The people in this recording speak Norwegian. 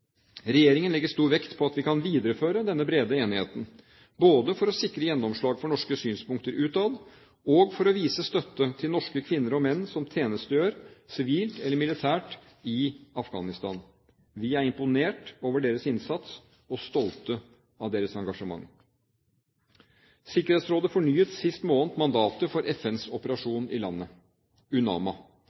Regjeringen legger stor vekt på at vi kan videreføre denne brede enigheten, både for å sikre gjennomslag for norske synspunkter utad og for å vise støtte til norske kvinner og menn som tjenestegjør sivilt eller militært i Afghanistan. Vi er imponert over deres innsats og stolte av deres engasjement. Sikkerhetsrådet fornyet sist måned mandatet for FNs operasjon i landet, UNAMA.